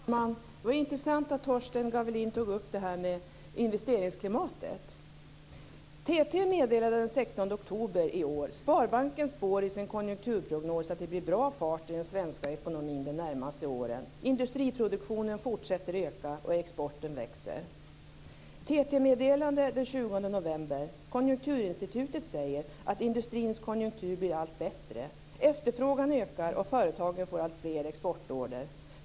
Herr talman! Det var intressant att Torsten Gavelin tog upp detta med investeringsklimatet. TT meddelade den 16 oktober i år: Sparbanken spår i sin konjunkturprognos att det blir fart i den svenska ekonomin de närmaste åren. Industriproduktionen fortsätter öka och exporten växer. TT-meddelande den 20 november: Konjunkturinsitutet säger att industrins konjunktur blir allt bättre. Efterfrågan ökar och företagen får alltfler exportorder.